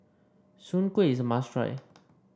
Soon Kway is a must try